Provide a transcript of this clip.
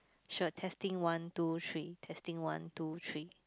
sure testing one two three testing one two three